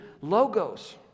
Logos